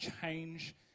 change